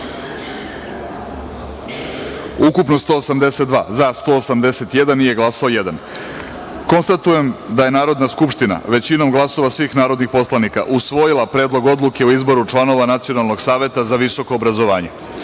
ukupno 182, za – 181, nije glasao – jedan. Konstatujem da je Narodna skupština većinom glasova svih narodnih poslanika usvojila Predlog odluke o izboru članova Nacionalnog saveta za visoko obrazovanje. Dozvolite